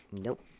nope